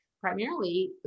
primarily